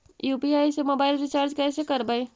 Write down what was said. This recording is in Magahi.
यु.पी.आई से मोबाईल रिचार्ज कैसे करबइ?